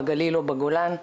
בגליל ובגולן.